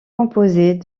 composés